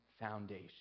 foundation